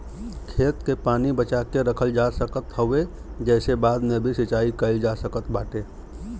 खेत के पानी बचा के रखल जा सकत हवे जेसे बाद में भी सिंचाई कईल जा सकत बाटे